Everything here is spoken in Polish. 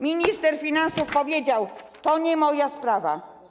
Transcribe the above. Minister finansów powiedział: To nie moja sprawa.